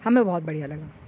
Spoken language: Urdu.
ہمیں بہت بڑھیا لگا